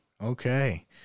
Okay